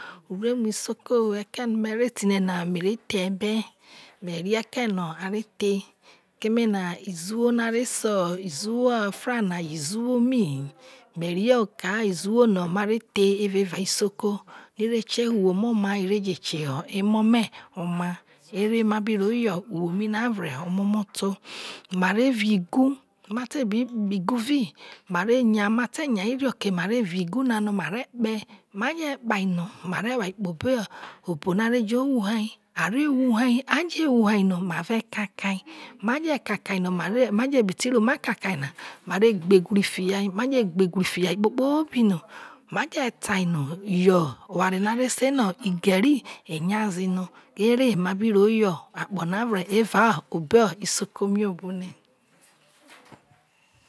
Ulemu isoko woho eke no me ro eti ne na mere the ebe me rie eke no a re the keme na iziwo no are so iziwo efra na iziwo mi me rie oka iziwo no ma re the evao evao evao isokono ire kie mu owho. a ire je kieho emo me oma ere ma bi ro yo uwo mi na vre omomoto kpe igu vi ma re nya ma te bi kpe igu vi ma re nya ma te nya irioke marvi igu na no mare je hu ai are hu ai aje huai no ma ve kakau ma je kakai no maje bi ti ru ma kakai na re gbe ewri fia kpokpobi no ma je toa no yo oware no are seno igeri enya ze no ere ma bi ro yo akpo na na vre evao obo isoko mi obo ne